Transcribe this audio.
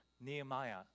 Nehemiah